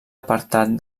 apartat